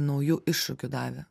naujų iššūkių davė